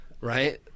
Right